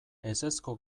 ezezko